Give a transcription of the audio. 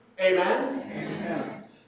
Amen